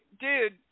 dude